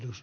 alus